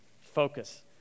focus